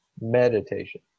Meditation